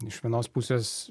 iš vienos pusės